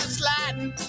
sliding